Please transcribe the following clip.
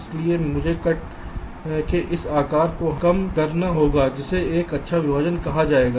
इसलिए मुझे कट के इस आकार को कम करना होगा जिसे एक अच्छा विभाजन कहा जाएगा